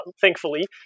thankfully